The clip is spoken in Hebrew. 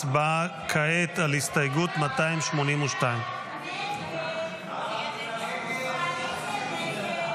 הצבעה כעת על הסתייגות 282. הסתייגות 282 לא